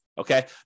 Okay